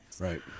Right